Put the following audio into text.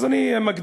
אז אני מגדיר.